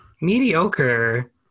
mediocre